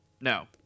No